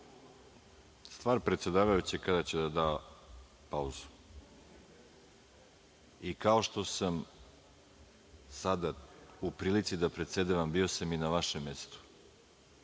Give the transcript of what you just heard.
je predsedavajućeg kada će da da pauzu. I kao što sam sada u prilici da predsedavam, bio sam i na vašem mestu,